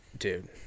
dude